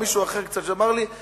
מישהו אחר: תשמע,